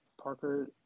Parker